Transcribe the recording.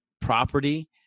property